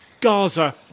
Gaza